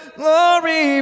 glory